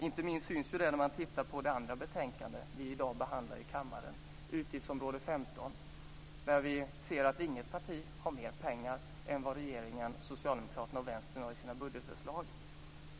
Inte minst syns det när man tittar på det andra betänkande som vi i dag behandlar i kammaren. Det rör utgiftsområde 15. Där kan vi se att inget parti har mer pengar än vad regeringen och Socialdemokraterna, Miljöpartiet och Vänstern har i sina budgetförslag.